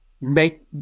make